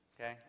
Okay